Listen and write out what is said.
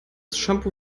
shampoo